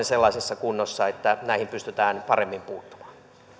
sellaisessa kunnossa että näihin pystytään paremmin puuttumaan